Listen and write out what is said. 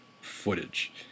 footage